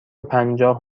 پنجاه